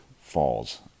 falls